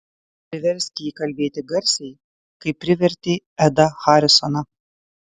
priversk jį kalbėti garsiai kaip privertei edą harisoną